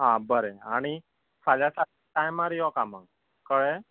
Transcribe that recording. हा बरें आनी फाल्यां सारकें टायमार यो कामांक कळ्ळें